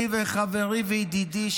אני וחברי וידידי,